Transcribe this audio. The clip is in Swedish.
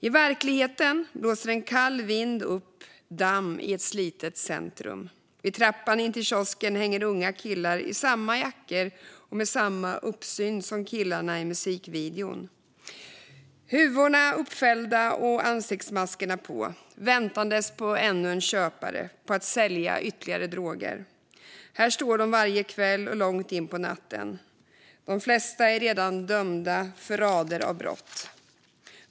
I verkligheten blåser en kall vind upp damm i ett slitet centrum. Vid trappan in till kiosken hänger unga killar i samma jackor och med samma uppsyn som killarna i musikvideon, med huvorna uppfällda och ansiktsmaskerna på, väntande på ännu en köpare och på att sälja ytterligare droger. Här står de varje kväll och långt in på natten. De flesta är redan dömda för rader av brott.